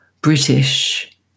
British